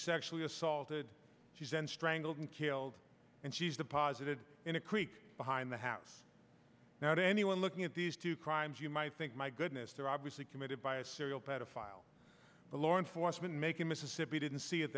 sexually assaulted she's and strangled and killed and she's deposited in a creek behind the house now anyone looking at these two crimes you might think my goodness they're obviously committed by a serial pedophile the law enforcement macon mississippi didn't see it